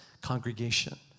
congregation